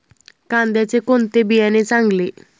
कांद्याचे कोणते बियाणे चांगले?